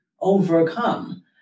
overcome